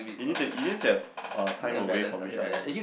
you need to you need to have uh time away from each other